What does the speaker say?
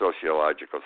sociological